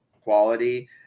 quality